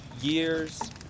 years